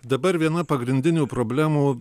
dabar viena pagrindinių problemų